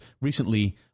recently